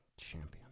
Champion